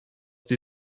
die